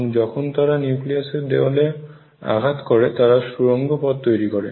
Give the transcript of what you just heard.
এবং যখন তারা নিউক্লিয়াসের দেয়ালে আঘাত করে তারা সুরঙ্গ পথ তৈরি করে